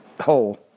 hole